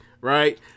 right